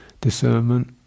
discernment